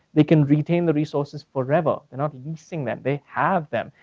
they can retain the resources forever, they're not leasing them, they have them.